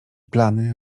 plany